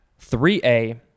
3A